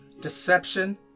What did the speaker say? deception